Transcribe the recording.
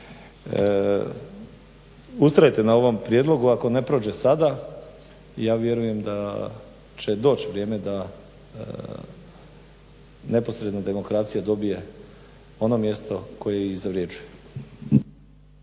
Ustrajte na ovom prijedlogu. ako ne prođe sada ja vjerujem da će doć' vrijeme da neposredna demokracija dobije ono mjesto koje i zavređuje.